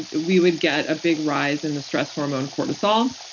we would get a big rise in the stress hormone cortisol.